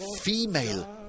female